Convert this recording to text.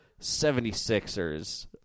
76ers